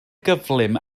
gyflym